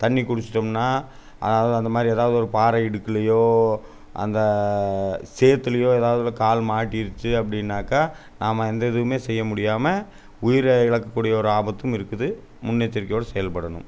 தண்ணி குடிச்சிட்டோம்னா அதாவது அந்த மாதிரி எதாவது ஒரு பாறை இடுக்குலையோ அந்த சேற்றுலையோ எதாவது ஒன்றுல கால் மாட்டிருச்சி அப்டீன்னாக்கா நாம் எந்த இதுவும் செய்ய முடியாமல் உயிரை இழக்க கூடிய ஒரு ஆபத்தும் இருக்குது முன்னெச்சரிக்கையோடு செயல்படணும்